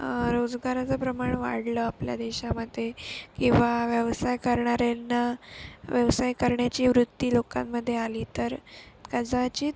रोजगाराचं प्रमाण वाढलं आपल्या देशामध्ये किंवा व्यवसाय करणाऱ्यांना व्यवसाय करण्याची वृत्ती लोकांमध्ये आली तर कदाचित